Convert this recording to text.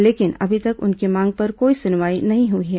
लेकिन अभी तक उनकी मांग पर कोई सुनवाई नहीं हुई है